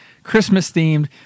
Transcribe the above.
Christmas-themed